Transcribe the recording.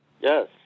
Yes